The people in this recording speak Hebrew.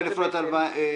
אוקיי.